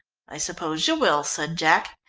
i suppose you will, said jack,